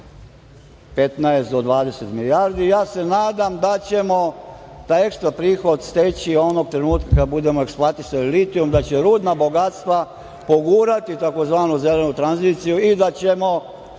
15 do 20 milijardi. Ja se nadam da ćemo taj ekstra prihod steći onog trenutka kad budemo eksploatisali litijum, da će rudna bogatstva pogurati tzv. zelenu tranziciju i da ćemo